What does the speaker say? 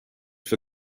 for